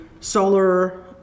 solar